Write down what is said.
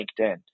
LinkedIn